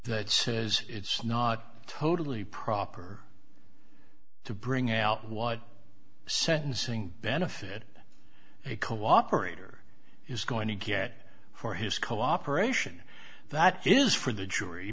that says it's not totally proper to bring out what sentencing benefit it cooperator is going to get for his cooperation that is for the jury